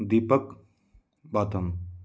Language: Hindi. दीपक बाथम